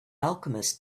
alchemist